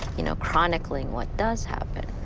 you know, chronicling what does happen.